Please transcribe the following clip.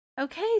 Okay